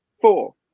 Four